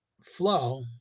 flow